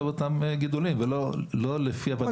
באותם גידולים ולא לפי הבנתו את ההלכה.